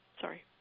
Sorry